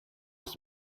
ich